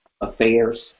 affairs